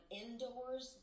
indoors